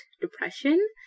depression